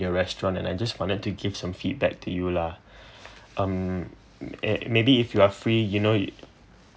your restaurant and I just wanted to give some feedback to you lah um eh maybe if you are free you know